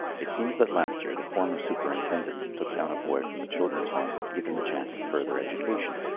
it seems that last year the former superintendent took down a boy from the children's home to give him a chance at further education.